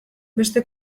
beste